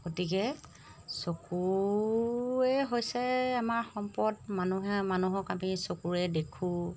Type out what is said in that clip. গতিকে চকুৱে হৈছে আমাৰ সম্পদ মানুহে মানুহক আমি চকুৰে দেখোঁ